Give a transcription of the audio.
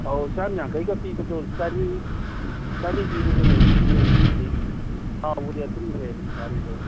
ꯑꯧ ꯆꯥꯝ ꯌꯥꯡꯈꯩꯒ ꯄꯤꯕꯗꯣ ꯆꯅꯤ ꯄꯤꯕꯁꯨ ꯂꯩꯕꯅꯤ ꯂꯩꯕꯕꯨꯗꯤ ꯍꯥꯎꯕꯗꯤ ꯑꯗꯨꯅ ꯍꯦꯜꯂꯤ ꯉꯥꯔꯤꯗꯣ